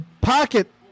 pocket